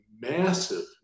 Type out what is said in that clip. massive